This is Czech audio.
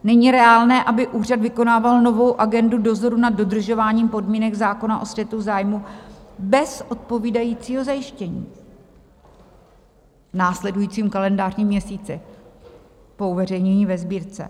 Není reálné, aby úřad vykonával novou agendu dozoru nad dodržováním podmínek zákona o střetu zájmů bez odpovídajícího zajištění v následujícím kalendářním měsíci po uveřejnění ve Sbírce.